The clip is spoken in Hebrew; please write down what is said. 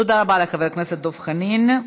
תודה רבה לחבר הכנסת דב חנין.